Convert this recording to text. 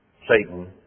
Satan